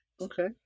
Okay